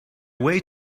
way